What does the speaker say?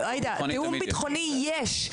תיאום ביטחוני יש.